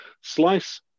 Slice